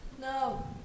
no